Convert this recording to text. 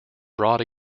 brought